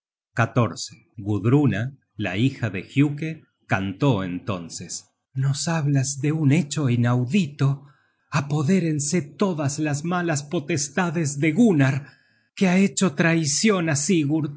rey gudruna la hija de giuke cantó entonces nos hablas de un hecho inaudito apodérense todas las malas potestades de gunnar que ha hecho traicion á